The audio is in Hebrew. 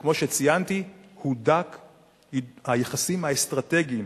וכמו שציינתי, היחסים האסטרטגיים